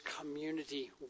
community